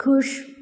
ख़ुश